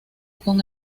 con